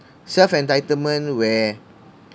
self entitlement where